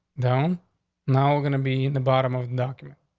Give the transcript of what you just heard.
down now, going to be in the bottom of the document.